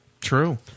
True